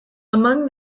among